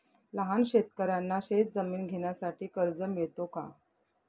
लहान शेतकऱ्यांना शेतजमीन घेण्यासाठी कर्ज मिळतो का?